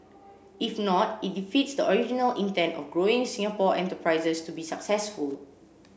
if not it defeats the original intent of growing Singapore enterprises to be successful